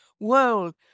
world